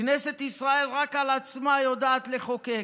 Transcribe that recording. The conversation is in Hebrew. כנסת ישראל רק על עצמה יודעת לחוקק,